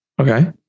okay